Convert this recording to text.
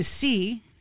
see